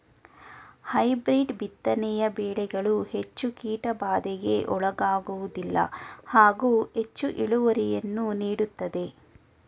hybrid ಬಿತ್ತನೆಯ ಬೆಳೆಗಳು ಹೆಚ್ಚು ಕೀಟಬಾಧೆಗೆ ಒಳಗಾಗುವುದಿಲ್ಲ ಹಾಗೂ ಹೆಚ್ಚು ಇಳುವರಿಯನ್ನು ನೀಡುತ್ತವೆ